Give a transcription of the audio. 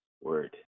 word